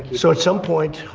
so at some point.